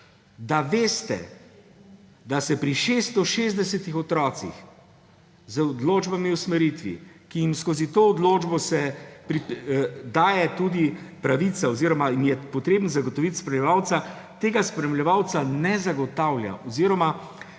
da veste, da se pri 660. otrocih z odločbami o usmeritvi, ki se jim skozi to odločbo daje tudi pravica oziroma jim je potrebno zagotoviti spremljevalca, tega spremljevalca ne zagotavlja